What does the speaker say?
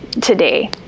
today